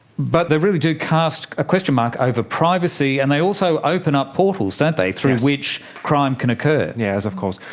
but they really do cast a question mark over privacy and they also open up portals, don't they, through which crime can occur. yes, of course.